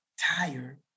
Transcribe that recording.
tired